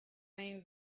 main